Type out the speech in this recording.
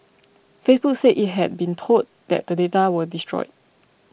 Facebook said it had been told that the data were destroyed